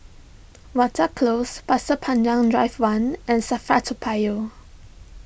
Watten Close Pasir Panjang Drive one and Safra Toa Payoh